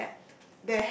where